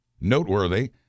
Noteworthy